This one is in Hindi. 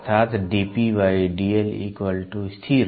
अर्थात् dp स्थिर